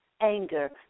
anger